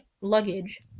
luggage